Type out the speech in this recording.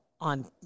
on